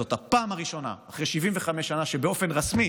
זאת הפעם הראשונה אחרי 75 שנה שבאופן רשמי